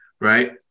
right